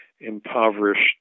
impoverished